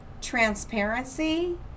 transparency